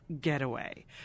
getaway